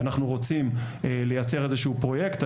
אנחנו רוצים לייצר איזשהו פרויקט,